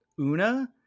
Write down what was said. Una